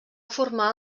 formar